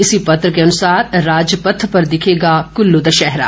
इसी पत्र के अनुसार राजपथ पर दिखेगा कुल्लू दशहरा